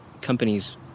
companies